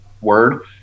word